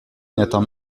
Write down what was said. n’atteint